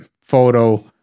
photo